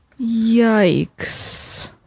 yikes